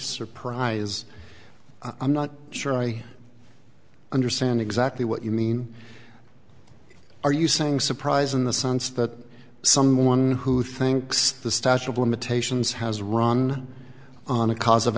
surprise i'm not sure i understand exactly what you mean are you saying surprise in the sense that someone who thinks the statue of limitations has run on a cause of